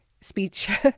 speech